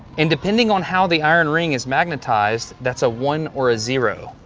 and depending on how the iron ring is magnetized, that's a one or a zero.